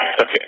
okay